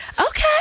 okay